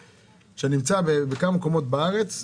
בכמה מקומות בארץ,